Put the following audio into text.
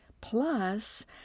plus